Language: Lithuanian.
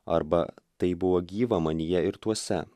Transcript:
arba tai buvo gyva manyje ir tuose